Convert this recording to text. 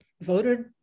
voted